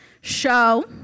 show